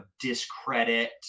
discredit